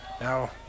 Now